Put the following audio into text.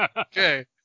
Okay